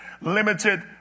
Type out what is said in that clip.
limited